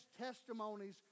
testimonies